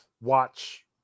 watch